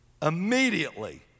Immediately